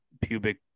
pubic